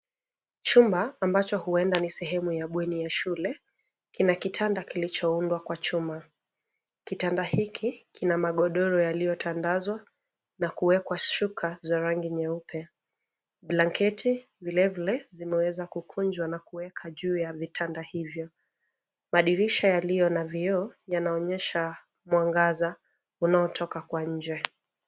Chumba ambacho huenda ni sehemu ya bweni ya shule, kina kitanda kilichoundwa kwa chuma. Kitanda hiki, kina magodoro yaliyotandazwa na kuwekwa shuka za rangi nyeupe. Blanketi vile vile, zimeweza kukunjwa na kuweka juu ya vitanda hivyo. Madirisha yaliyo na vioo yanaonyesha mwangaza unaotoka kwa nje.